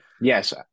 Yes